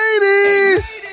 Ladies